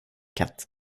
katt